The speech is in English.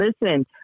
Listen